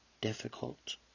difficult